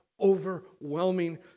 overwhelming